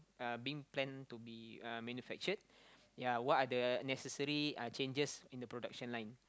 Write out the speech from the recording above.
are being planned to be uh manufactured ya what are the necessary uh changes in the production line